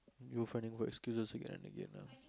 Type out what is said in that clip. you finding for excuses again and again ah